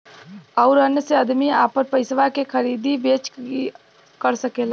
अउर अन्य मे अदमी आपन पइसवा के खरीदी बेची कर सकेला